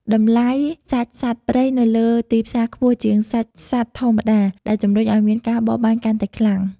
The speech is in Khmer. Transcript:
តម្លៃសាច់សត្វព្រៃនៅលើទីផ្សារខ្ពស់ជាងសាច់សត្វធម្មតា ដែលជំរុញឱ្យមានការបរបាញ់កាន់តែខ្លាំង។